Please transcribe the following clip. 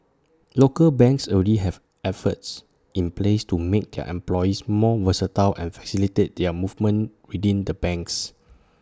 local banks already have efforts in place to make their employees more versatile and facilitate their movements within the banks